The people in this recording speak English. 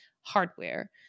hardware